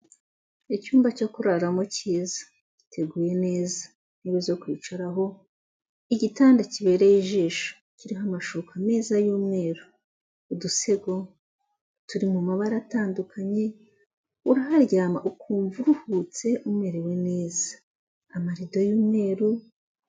Icyumba cyo kuraramo cyiza, giteguye neza intebe zo kwicaraho, igitanda kibereye ijisho kiriho amashuka meza y'umweru, udusego turi mu mabara atandukanye, uraharyama ukumva uruhutse umerewe neza, amarido y'umweru.